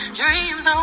dreams